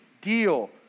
deal